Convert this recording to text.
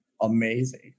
amazing